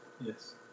Yes